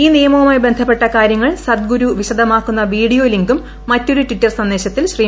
ഈ നിയമവുമായി ബന്ധപ്പെട്ട കാര്യങ്ങൾ സദ്ഗുരു വിശദമാക്കുന്ന വീഡിയോ ലിങ്കും മറ്റൊരു ട്വിറ്റർ സന്ദേശത്തിൽ ശ്രീ